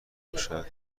باشد